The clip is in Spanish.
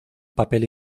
papel